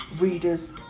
Readers